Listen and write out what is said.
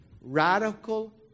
radical